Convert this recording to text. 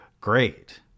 Great